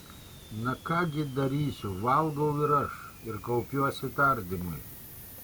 na ką gi darysiu valgau ir aš ir kaupiuosi tardymui